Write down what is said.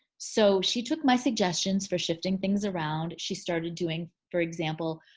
so she took my suggestions for shifting things around. she started doing, for example,